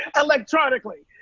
electronically.